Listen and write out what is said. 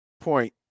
point